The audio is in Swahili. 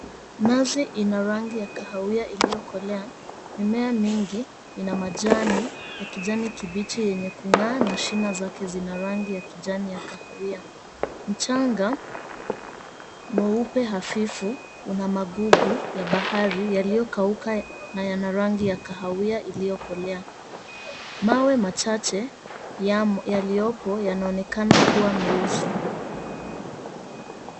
Nazi ina rangi ya kahawia iliyokolea. Mimea mingi ina majani ya kijani kibichi yenye kung'aa na shina zake zina rangi ya kijani ya kahawia. Mchanga mweupe hafifu una magugu ya bahari yaliyokauka na yana rangi ya kahawia iliyokolea. Mawe machache yaliyopo yanaonekana kuwa meusi.